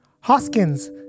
Hoskins